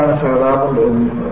ഇതാണ് സഹതാപം തോന്നുന്നത്